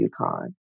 UConn